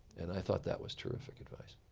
and i thought that was terrific advice.